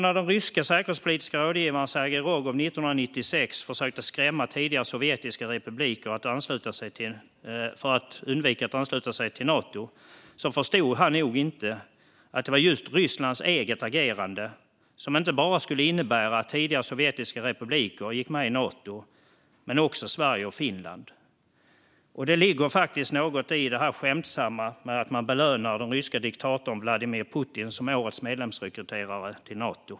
När den ryske säkerhetspolitiska rådgivaren Sergej Rogov 1996 försökte skrämma tidigare sovjetiska republiker från att ansluta sig till Nato förstod han nog inte att det var just Rysslands eget agerande som gjorde att inte bara de valde att gå med i Nato utan nu även Sverige och Finland. Det ligger något i skämtet om att utnämna den ryske diktatorn Vladimir Putin till årets medlemsrekryterare till Nato.